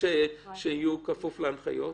בכפוף להנחיות?